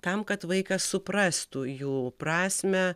tam kad vaikas suprastų jų prasmę